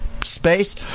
space